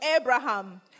Abraham